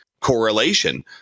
correlation